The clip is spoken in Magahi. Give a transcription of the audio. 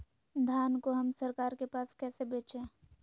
धान को हम सरकार के पास कैसे बेंचे?